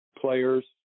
players